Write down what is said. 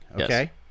okay